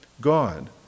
God